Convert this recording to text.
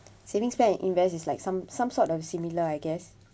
savings plan and invest is like some some sort of similar I guess